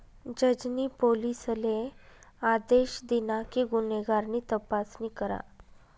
जज नी पोलिसले आदेश दिना कि गुन्हेगार नी तपासणी करा